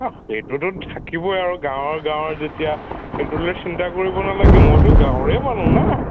অহ সেইটোতো থাকিবই আৰু গাঁৱৰ গাঁৱৰ যেতিয়া সেইটো লৈ চিন্তা কৰিব নালাগে মইতো গাঁৱৰে মানুহ না